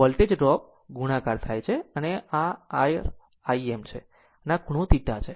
આમ voltage drop ગુણાકાર થાય છે આ R Im છે અને આ ખૂણો θ છે